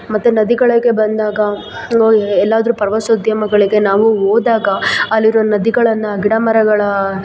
ಮತ್ತೆ ನದಿಗಳಿಗೆ ಬಂದಾಗ ನೋಯೆ ಎಲ್ಲಾದ್ರೂ ಪ್ರವಾಸೋದ್ಯಮಗಳಿಗೆ ನಾವು ಹೋದಾಗ ಅಲ್ಲಿರೋ ನದಿಗಳನ್ನು ಗಿಡಮರಗಳ